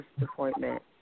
appointment